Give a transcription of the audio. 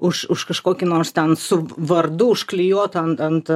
už už kažkokį nors ten su vardu užklijuotą ant ant